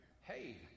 hey